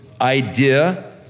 idea